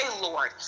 Lord